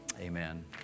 Amen